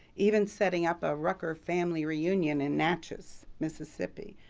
even setting up a rucker family reunion in natchez, mississippi.